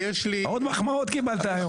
עוד מחמאות קיבלת היום.